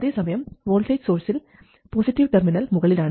അതേസമയം വോൾട്ടേജ് സോഴ്സിൽ positive terminal മുകളിലാണ്